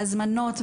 בהזמנות,